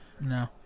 No